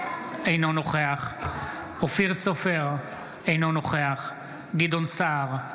אינו נוכח אופיר סופר, אינו נוכח גדעון סער,